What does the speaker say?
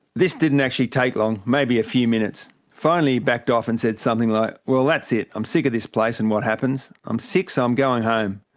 this didn't actually take long, maybe a few minutes. finally he backed off and said something like, well, that's it. i'm sick of this place and what happens. i'm sick so i'm going home.